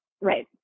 Right